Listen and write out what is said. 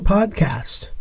Podcast